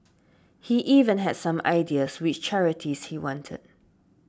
he even had some ideas which charities he wanted